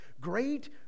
Great